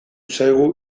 zaigu